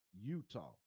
utah